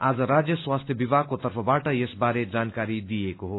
आज राज्य स्वास्थ्य विभागको तर्फबाट यसबारे जानकारी दिइएको हो